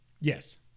yes